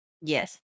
Yes